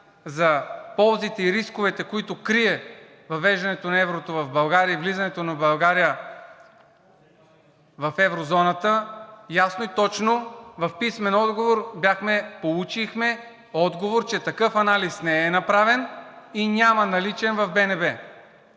за ползите и рисковете, които крие въвеждането на еврото в България и влизането на България в еврозоната, ясно и точно в писмен отговор получихме отговор, че такъв анализ не е направен и няма наличен в БНБ.